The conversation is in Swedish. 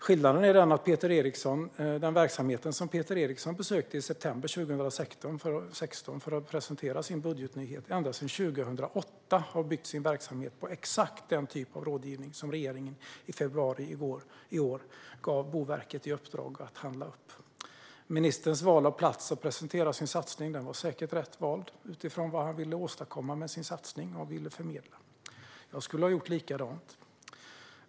Skillnaden består i att den organisation som Peter Eriksson besökte i september 2016 för att presentera sin budgetnyhet ända sedan 2008 har byggt sin verksamhet på exakt det slags rådgivning som regeringen i februari i år gav Boverket i uppdrag att handla upp. Ministerns val av plats för att presentera sin satsning var säkert rätt vald utifrån vad han ville åstadkomma med sin satsning och ville förmedla. Jag skulle ha gjort likadant.